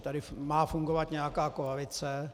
Tady má fungovat nějaká koalice.